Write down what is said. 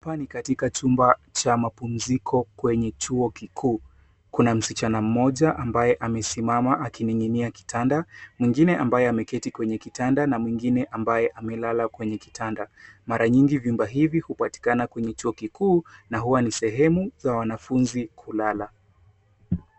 Hapa ni katika chumba cha mapumziko kwenye chuo kikuu. Kuna msichana mmoja ambaye amesimama akining'inia kitanda mwengine ambaye ameketi kwenye kitanda na mwengine ambaye amelala kwenye kitanda. Mara nyingi vyumba hivi hupatikana kwenye chuo kikuu na huwa ni sehemu za wanafunzi kulala.